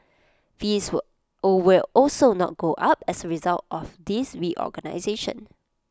fees will all will also not go up as result of this reorganisation